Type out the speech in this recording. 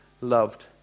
loved